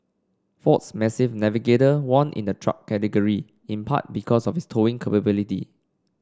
ford's massive Navigator won in the truck category in part because of its towing capability